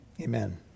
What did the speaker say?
Amen